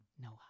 Noah